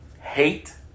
hate